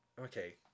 Okay